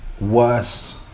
worst